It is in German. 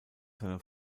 seine